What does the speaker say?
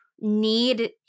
need